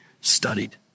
studied